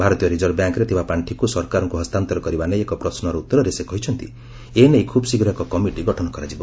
ଭାରତୀୟ ରିଜର୍ଭ ବ୍ୟାଙ୍କ୍ରେ ଥିବା ପାଶ୍ଚିକୁ ସରକାରଙ୍କୁ ହସ୍ତାନ୍ତର କରିବା ନେଇ ଏକ ପ୍ରଶ୍ନର ଉତ୍ତରରେ ସେ କହିଛନ୍ତି ଏ ନେଇ ଖୁବ୍ ଶୀଘ୍ର ଏକ କମିଟି ଗଠନ କରାଯିବ